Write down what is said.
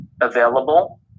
available